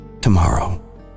tomorrow